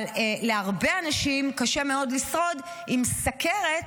אבל להרבה אנשים קשה מאוד לשרוד עם סוכרת